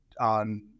on